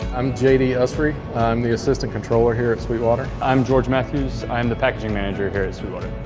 i'm j d. usry. i'm the assistant controller here at sweetwater. i'm george matthews, i am the packaging manager here at sweetwater.